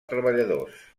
treballadors